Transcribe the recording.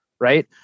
Right